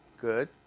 good